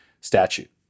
statute